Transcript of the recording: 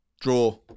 Draw